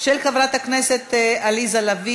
של חברת הכנסת עליזה לביא